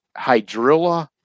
hydrilla